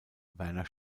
werner